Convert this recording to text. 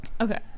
okay